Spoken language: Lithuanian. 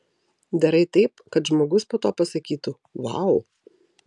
darai taip kad žmogus po to pasakytų vau